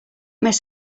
miss